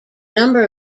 number